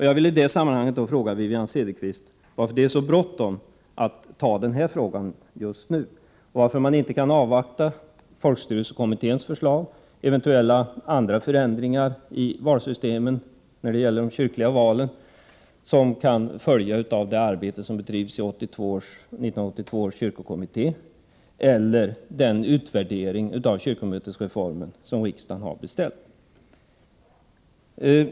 Jag vill i detta sammanhang fråga Wivi-Anne Cederqvist: Varför är det så bråttom med att avgöra denna fråga just nu? Varför kan vi inte avvakta folkstyrelsekommitténs förslag, eventuella andra förslag till förändringar av valsystemet när det gäller kyrkliga val som kan följa av det arbete som bedrivs i 1982 års kyrkokommitté eller den utvärdering av kyrkomötesreformen som riksdagen har beställt?